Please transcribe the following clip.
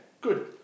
good